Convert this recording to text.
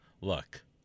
Look